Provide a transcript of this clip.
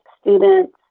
students